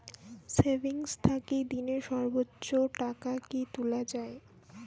Savings থাকি দিনে সর্বোচ্চ টাকা কি তুলা য়ায়?